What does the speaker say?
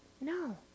no